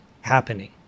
happening